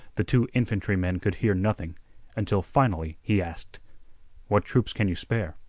the two infantrymen could hear nothing until finally he asked what troops can you spare?